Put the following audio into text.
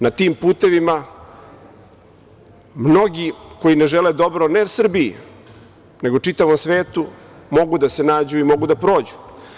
Na tim putevima mnogi koji ne žele dobro, ne Srbiji, nego čitavom svetu, mogu da se nađu i mogu da prođu.